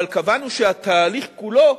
אבל קבענו שהתהליך כולו,